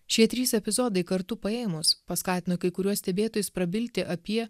šie trys epizodai kartu paėmus paskatino kai kuriuos stebėtojus prabilti apie